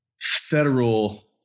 federal